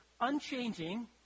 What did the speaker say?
unchanging